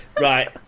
Right